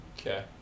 Okay